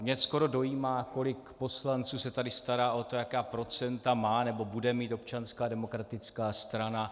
Mě skoro dojímá, kolik poslanců se tady stará o to, jaká procenta má nebo bude mít Občanská demokratická strana.